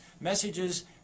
messages